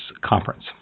conference